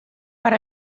per